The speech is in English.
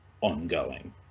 ongoing